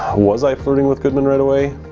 was i flirting with goodman right away